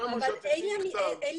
סיכמנו שאת תיתני מכתב